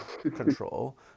control